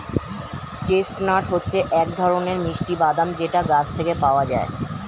chestnut হচ্ছে এক ধরনের মিষ্টি বাদাম যেটা গাছ থেকে পাওয়া যায়